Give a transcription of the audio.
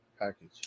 package